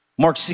Mark